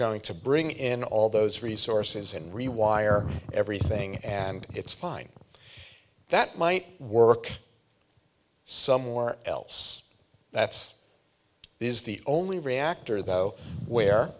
going to bring in all those resources and rewire everything and it's fine that might work somewhere else that's these the only reactor though where